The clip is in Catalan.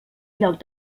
lloc